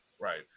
right